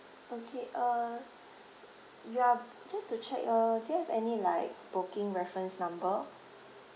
okay uh you are just to check uh do you have any like booking reference number